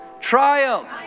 Triumph